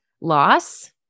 loss